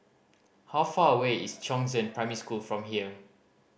how far away is Chongzheng Primary School from here